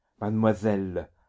Mademoiselle